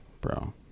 Bro